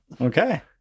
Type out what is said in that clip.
okay